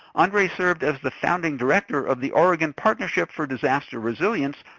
andre served as the founding director of the oregon partnership for disaster resilience,